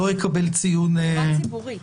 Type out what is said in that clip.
בתחבורה ציבורית.